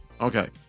Okay